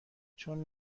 چون